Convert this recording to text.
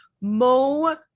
Mo